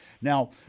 Now